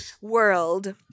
world